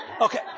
Okay